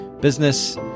business